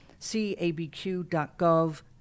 cabq.gov